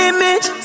Image